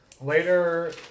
later